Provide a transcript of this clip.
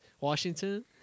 Washington